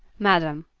madame,